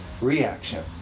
reaction